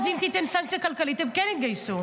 אז אם תיתן סנקציה כלכלית הם כן יתגייסו.